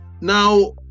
Now